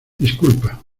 disculpa